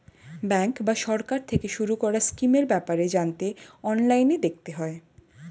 bank বা সরকার থেকে শুরু করা স্কিমের ব্যাপারে জানতে অনলাইনে দেখতে হয়